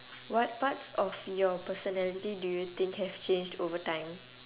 what parts of your personality do you think have changed over time